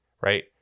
right